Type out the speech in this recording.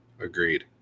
Agreed